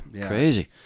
Crazy